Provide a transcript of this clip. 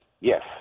yes